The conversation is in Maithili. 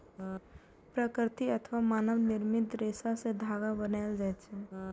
प्राकृतिक अथवा मानव निर्मित रेशा सं धागा बनायल जाए छै